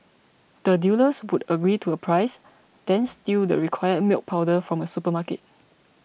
the dealers would agree to a price then steal the required milk powder from a supermarket